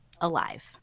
Alive